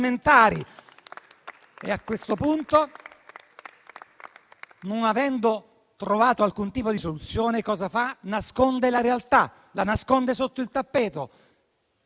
A questo punto, non avendo trovato alcun tipo di soluzione, cosa fa? Nasconde la realtà sotto il tappeto